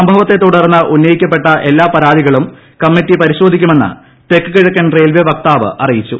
സംഭവത്തെ തുടർന്ന് ഉണ്ണ്യിക്കപ്പെട്ട എല്ലാ പരാതികളും കമ്മിറ്റി പരിശോധിക്കുമെന്ന് തെക്കുകിഴക്കൻ റെയിൽവേ വക്താവ് അറിയിച്ചു